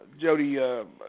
Jody